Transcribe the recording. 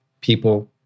people